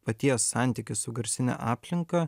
paties santykį su garsine aplinka